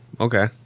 Okay